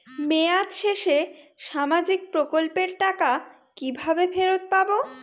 মেয়াদ শেষে সামাজিক প্রকল্পের টাকা কিভাবে ফেরত পাবো?